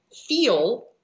feel